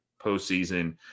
postseason